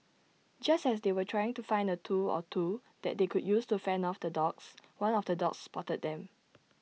just as they were trying to find A tool or two that they could use to fend off the dogs one of the dogs spotted them